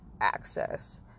access